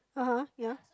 (uh huh) yeah